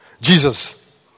Jesus